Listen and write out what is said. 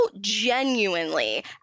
genuinely